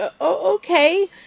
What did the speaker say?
okay